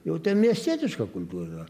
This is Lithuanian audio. jau ten miestietiška kultūra